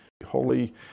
Holy